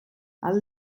ahal